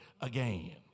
again